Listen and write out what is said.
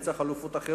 נמצא חלופות אחרות,